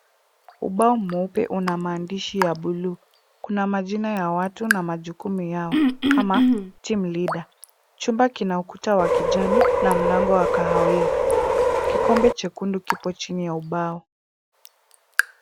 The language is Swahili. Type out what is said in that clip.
Ubao mweupe una maandishi ya buluu. Kuna majina ya watu na majukumu yao, kama Team Leader . Chumba kina ukuta wa kijani na mlango wa kahawia. Kikombe chekundu kipo chini ya ubao.